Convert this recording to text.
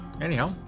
Anyhow